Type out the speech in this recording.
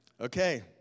Okay